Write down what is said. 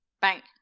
Bank